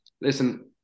listen